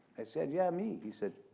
i said, yeah me. he said,